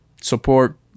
support